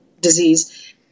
disease